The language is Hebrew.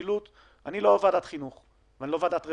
אני לא ועדת חינוך ולא ועדת רווחה.